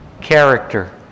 character